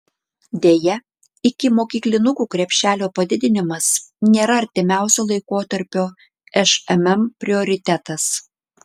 deja ikimokyklinukų krepšelio padidinimas nėra artimiausio laikotarpio šmm prioritetas